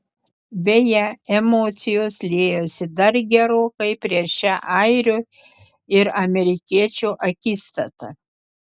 beje emocijos liejosi dar gerokai prieš šią airio ir amerikiečio akistatą